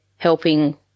helping